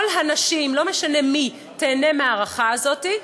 כל הנשים, לא משנה מי, ייהנו מההארכה הזאת.